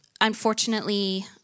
Unfortunately